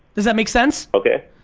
does that make sense? okay.